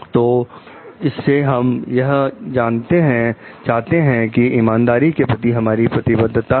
तो इससे हम यह चाहते हैं कि ईमानदारी के प्रति हमारी प्रतिबद्धता है